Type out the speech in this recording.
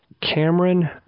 Cameron